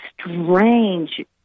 strange